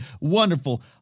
Wonderful